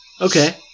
Okay